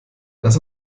lass